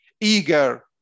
eager